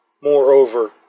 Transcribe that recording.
Moreover